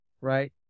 right